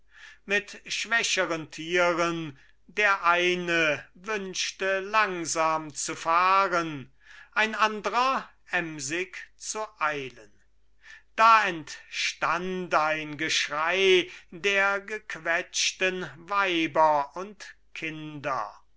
mit schwächeren tieren der eine wünschte langsam zu fahren ein andrer emsig zu eilen da entstand ein geschrei der gequetschten weiber und kinder